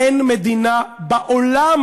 אין מדינה בעולם